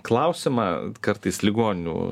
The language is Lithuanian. klausimą kartais ligoninių